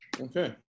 Okay